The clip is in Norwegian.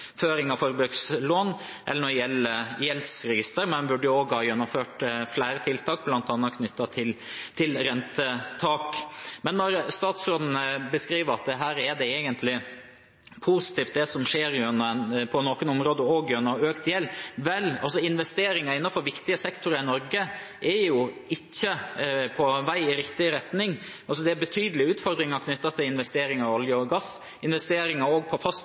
av forbrukslån eller det gjelder gjeldsregister. En burde også ha gjennomført flere tiltak, bl.a. knyttet til rentetak. Statsråden beskriver at det egentlig er positivt, det som på noen områder skjer gjennom økt gjeld. Vel – investeringer innenfor viktige sektorer i Norge er jo ikke på vei i riktig retning. Det er betydelige utfordringer knyttet til investeringer i olje og gass og også til investeringer på